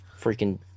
freaking